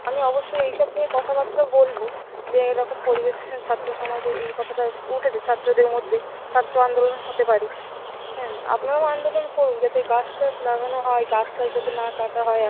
আমি অবশ্যই এইসব নিয়ে কথাবার্তা বলবো যে এরকম পরিবেশে ছাত্রসমাজে এই কথাটা উঠেছে ছাত্রদের মধ্যে ছাত্র আন্দোলন হতে পারে হ্যাঁ আপনারাও আন্দোলন করুন যাতে গাছ টাছ লাগানো হয় গাছ টাছ যাতে না কাটা হয়